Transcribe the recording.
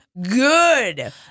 good